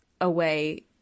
away